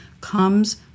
comes